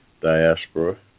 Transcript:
diaspora